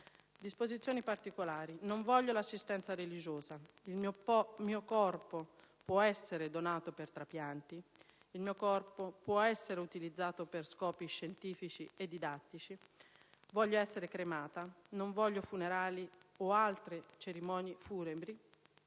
disposizioni particolari: non voglio l'assistenza religiosa. Il mio corpo può essere donato per trapianti, il mio corpo può essere utilizzato per scopi scientifici e didattici. Voglio essere cremata. Non voglio funerali o altre cerimonie funebri.